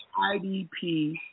IDP